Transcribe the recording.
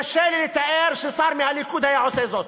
קשה לי לתאר ששר מהליכוד היה עושה זאת.